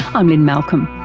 i'm lynne malcolm.